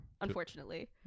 unfortunately